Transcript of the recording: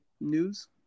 news